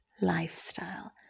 lifestyle